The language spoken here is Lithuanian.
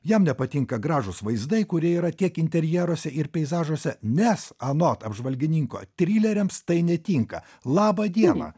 jam nepatinka gražūs vaizdai kurie yra tiek interjeruose ir peizažuose nes anot apžvalgininko trileriams tai netinka labą dieną